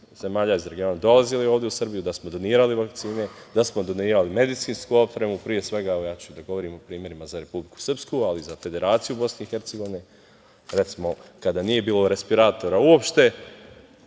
zemalja iz regiona dolazili ovde u Srbiju, da smo donirali vakcine, da smo donirali medicinsku opremu. Pre svega, govoriću o primerima za Republiku Srpsku, ali i za Federaciju BiH. Recimo, kada nije bilo respiratora uopšte